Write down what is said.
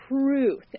truth